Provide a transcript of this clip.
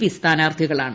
P സ്ഥാനാർത്ഥികളാണ്